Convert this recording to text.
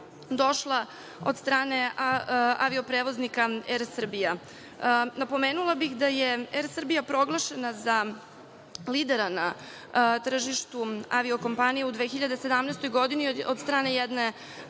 došla od strane avio-prevoznika „Er Srbija“. Napomenula bih da je „Er Srbija“ proglašena za lidera na tržištu avio-kompanija u 2017. godini od strane jedne